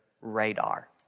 radar